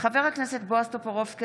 חבר הכנסת בועז טופורובסקי,